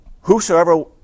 Whosoever